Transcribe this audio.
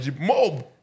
mob